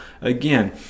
again